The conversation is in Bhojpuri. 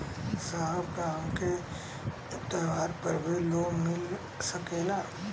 साहब का हमके त्योहार पर भी लों मिल सकेला?